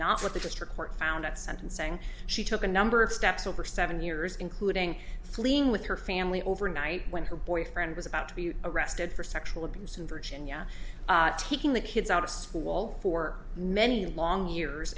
not what the district court found at sentencing she took a number of steps over seven years including fleeing with her family over night when her boyfriend was about to be arrested for sexual abuse in virginia taking the kids out of school for many long years